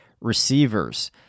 receivers